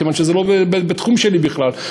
כיוון שזה לא בתחום שלי בכלל,